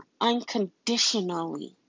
unconditionally